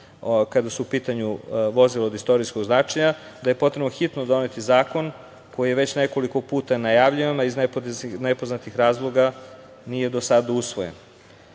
kada su u pitanju vozila od istorijskog značaja, da je potrebno hitno doneti zakon koji je već nekoliko puta najavljivan, a iz nepoznatih razloga nije do sada usvojen. Mogao